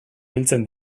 biltzen